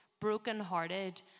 brokenhearted